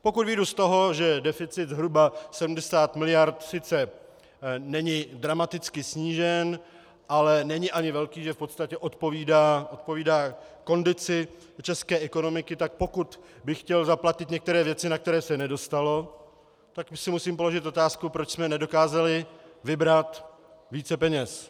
Pokud vyjdu z toho, že je deficit zhruba 70 mld., sice není dramaticky snížen, ale není ani velký, že v podstatě odpovídá kondici české ekonomiky, pokud bych chtěl zaplatit některé věci, na které se nedostalo, tak si musím položit otázku, proč jsme nedokázali vybrat více peněz.